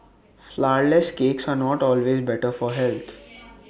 Flourless Cakes are not always better for health